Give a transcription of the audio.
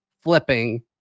flipping